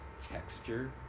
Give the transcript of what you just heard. texture